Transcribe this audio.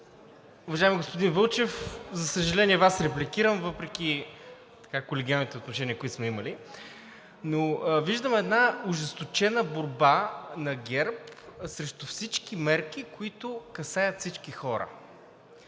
Уважаеми господин Вълчев, за съжаление, Вас репликирам, въпреки колегиалните отношения, които сме имали. Но виждам една ожесточена борба на ГЕРБ срещу всички мерки, които касаят всички хора.